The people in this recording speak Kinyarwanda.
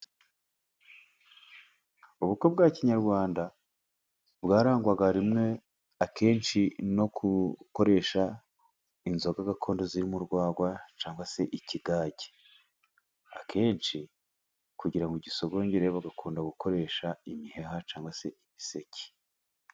Ubukwe bwa kinyarwanda bwarangwaga rimwe akenshi no gukoresha inzoga, gakondo zirimo urwagwa cyangwa se ikigage, akenshi kugira ngo gisogongere, bagakunda gukoresha imiheha cyangwa se ibiseke.